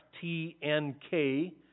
T-N-K